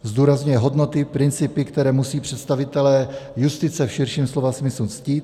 Zdůrazňuje hodnoty, principy, které musí představitelé justice v širším slova smyslu ctít.